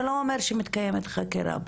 זה לא אומר שמתקיימת חקירה בו.